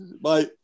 Bye